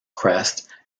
crest